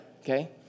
Okay